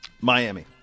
Miami